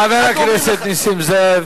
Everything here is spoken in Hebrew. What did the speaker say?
אתם מסיתים, חבר הכנסת נסים זאב.